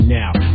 now